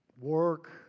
work